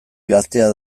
gaztea